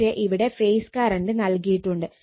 പക്ഷെ ഇവിടെ phase current നൽകിയിട്ടുണ്ട്